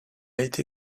été